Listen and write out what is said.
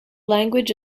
language